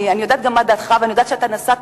כי אני יודעת גם מה דעתך ואני יודעת שאתה נשאת